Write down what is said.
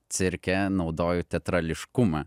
cirke naudoju teatrališkumą